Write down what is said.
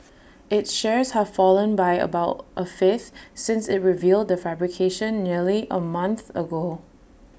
its shares have fallen by about A fifth since IT revealed the fabrication nearly A month ago